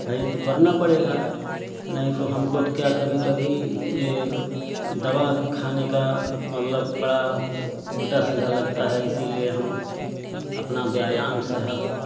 नहीं तो करना पड़ेगा नहीं तो हमको तो क्या कभी कभी यह दवा खाने का मतलब बड़ा उल्टा सीधा लगता है इसीलिए हम अपना व्यायाम से हर